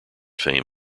fame